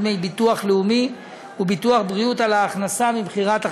דמי ביטוח לאומי וביטוח בריאות על ההכנסה ממכירת חשמל,